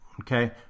Okay